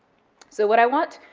so what i want,